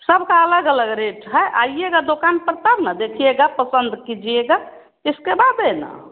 सबका अलग अलग रेट है आइएगा दुकान पर तब ना देखिएगा पसंद कीजिएगा इसके बाद लेना